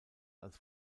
als